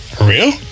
Real